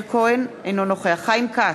אינו נוכח חיים כץ,